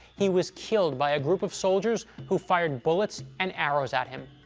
he was killed by a group of soldiers, who fired bullets and arrows at him.